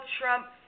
Trump